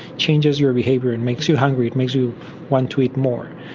changes your behaviour and makes you hungry, makes you want to eat more.